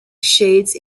shades